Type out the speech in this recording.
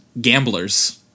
gamblers